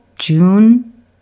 June